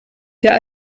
der